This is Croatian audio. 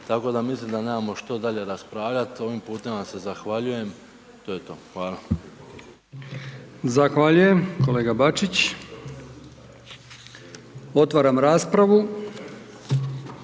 tako da mislim da nemamo što dalje raspravljat, ovim putem se zahvaljujem. To je to. Hvala. **Brkić, Milijan (HDZ)** Zahvaljujem kolega Bačić. Otvaram raspravu.